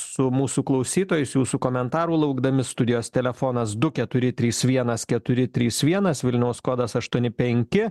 ją su mūsų klausytojais jūsų komentarų laukdami studijos telefonas du keturi trys vienas keturi trys vienas vilniaus kodas aštuoni penki